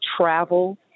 travel